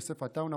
יוסף עטאונה,